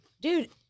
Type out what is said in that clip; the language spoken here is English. dude